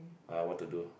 I what to do